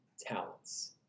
talents